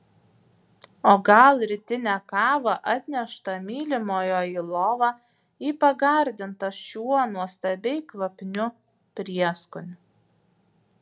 o gal rytinę kavą atneštą mylimojo į lovą į pagardintą šiuo nuostabiai kvapniu prieskoniu